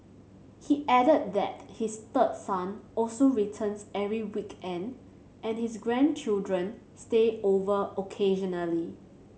he added that his third son also returns every weekend and his grandchildren stay over occasionally